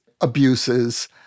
abuses